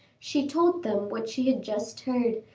she told them what she had just heard,